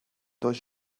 dos